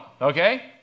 okay